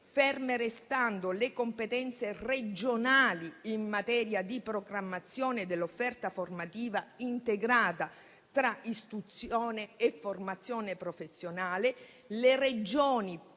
ferme restando le competenze regionali in materia di programmazione dell'offerta formativa integrata tra istruzione e formazione professionale, le Regioni